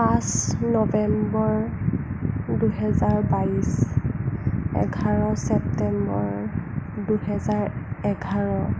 পাঁচ নৱেম্বৰ দুহেজাৰ বাইছ এঘাৰ ছেপ্তেম্বৰ দুহেজাৰ এঘাৰ